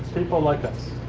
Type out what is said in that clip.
people like us.